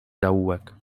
zaułek